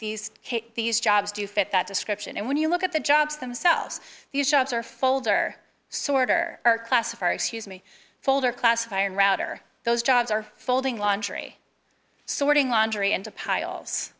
these these jobs do fit that description and when you look at the jobs themselves these jobs are folder sorter or classified excuse me folder classifier and router those jobs are folding laundry sorting laundry into piles